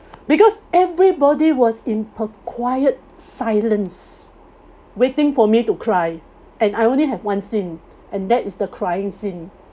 because everybody was in a quiet silence waiting for me to cry and I only have one scene and that is the crying scene